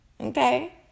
Okay